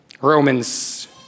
Romans